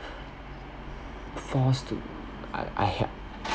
forced to I I help